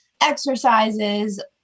exercises